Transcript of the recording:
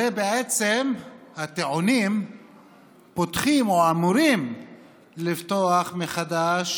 הרי בעצם הטיעונים פותחים או אמורים לפתוח מחדש